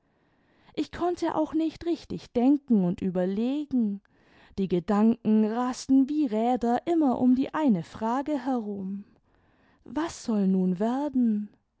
ich konnte auch nicht richtig denken und überlegen die gedanken rasten wie räder immer um die eine frage herum was soll nun werden